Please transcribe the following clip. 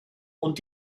und